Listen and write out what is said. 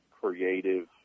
creative